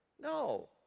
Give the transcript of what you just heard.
No